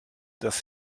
dass